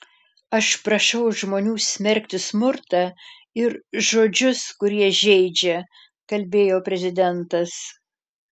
aš prašau žmonių smerkti smurtą ir žodžius kurie žeidžia kalbėjo prezidentas